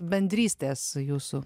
bendrystės jūsų